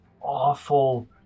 awful